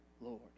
Lord